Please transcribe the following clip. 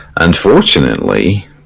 unfortunately